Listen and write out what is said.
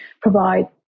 provide